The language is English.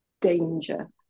danger